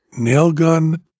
Nailgun